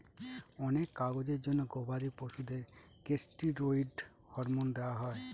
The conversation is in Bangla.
অনেক কাজের জন্য গবাদি পশুদের কেষ্টিরৈড হরমোন দেওয়া হয়